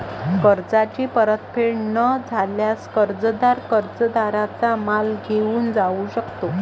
कर्जाची परतफेड न झाल्यास, कर्जदार कर्जदाराचा माल घेऊन जाऊ शकतो